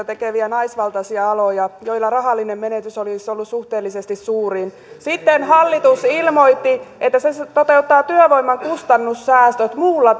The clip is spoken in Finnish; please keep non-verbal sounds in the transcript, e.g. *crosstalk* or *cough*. *unintelligible* tekeviä naisvaltaisia aloja joilla rahallinen menetys olisi ollut suhteellisesti suurin sitten hallitus ilmoitti että se se toteuttaa työvoiman kustannussäästöt muulla *unintelligible*